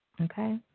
Okay